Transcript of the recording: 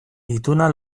ituna